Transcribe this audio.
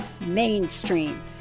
mainstream